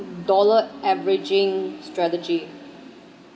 dollar averaging strategy